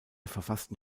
verfassten